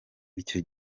icyo